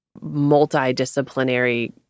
multidisciplinary